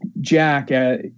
Jack